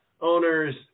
owners